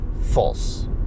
false